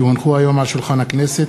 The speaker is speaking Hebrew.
כי הונחו היום על שולחן הכנסת,